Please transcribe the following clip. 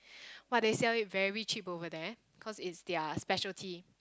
!wah! they sell it very cheap over that cause it's their specialty